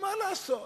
ומה לעשות,